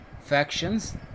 factions